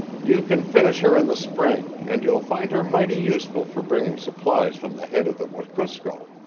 you can finish her in the spring and you'll find her mighty useful for bringing supplies from the head of the wekusko.